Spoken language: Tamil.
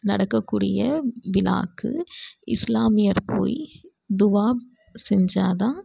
நடக்கக்கூடிய விழாவுக்கு இஸ்லாமியர் போய் துவா செஞ்சால்தான்